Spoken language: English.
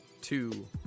Two